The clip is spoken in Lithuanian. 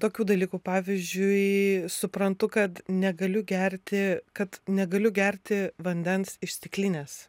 tokių dalykų pavyzdžiui suprantu kad negaliu gerti kad negaliu gerti vandens iš stiklinės